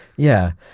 yeah.